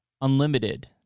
unlimited